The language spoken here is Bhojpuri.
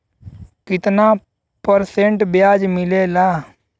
कितना परसेंट ब्याज मिलेला?